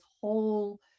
whole